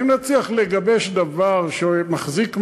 ואם נצליח לגבש דבר שמחזיק מים,